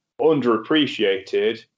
underappreciated